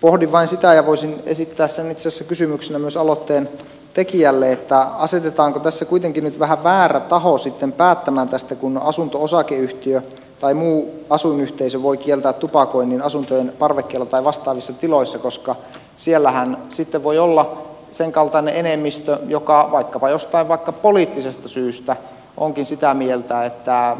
pohdin vain sitä että ja voisin esittää sen itse asiassa kysymyksenä myös aloitteentekijälle asetetaanko tässä kuitenkin nyt vähän väärä taho päättämään tästä kun asunto osakeyhtiö tai muu asuinyhteisö voi kieltää tupakoinnin asuntojen parvekkeella tai vastaavissa tiloissa koska siellähän voi olla senkaltainen enemmistö joka vaikkapa jostain poliittisesta syystä onkin sitä mieltä että